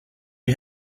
you